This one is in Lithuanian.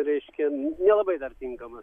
reiškia nelabai dar tinkama